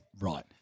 Right